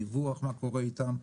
דיווח מה קורה איתם.